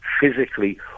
physically